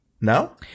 No